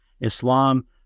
Islam